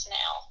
now